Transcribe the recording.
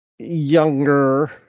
younger